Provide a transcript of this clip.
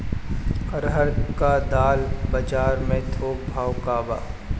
अरहर क दाल बजार में थोक भाव का बा?